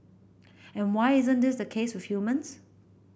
and why isn't this the case with humans